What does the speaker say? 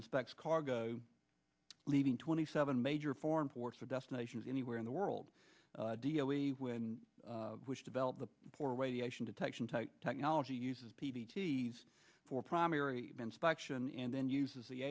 inspects cargo leaving twenty seven major foreign ports or destinations anywhere in the world deal we win which develop the poor radiation detection type technology uses p v t for primary inspection and then uses the